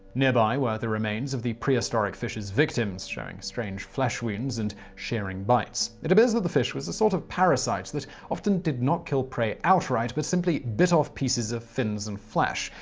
nearby were the remains of the prehistoric fishes' victims, showing strange flesh wounds and shearing bites. it appears that the fish was a sort of parasite that often did not kill prey outright, but simply bit off pieces of fins and flesh.